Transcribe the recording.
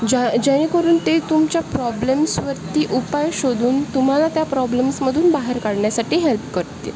ज्या जेणेकरून ते तुमच्या प्रॉब्लेम्सवरती उपाय शोधून तुम्हाला त्या प्रॉब्लेम्समधून बाहेर काढण्यासाठी हेल्प करतील